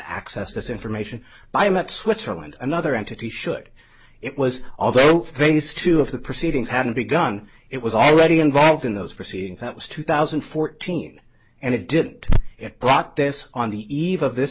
this information by about switzerland another entity should it was although phase two of the proceedings hadn't begun it was already involved in those proceedings that was two thousand and fourteen and it didn't it brought this on the eve of this